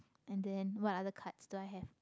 and then what other cards do i have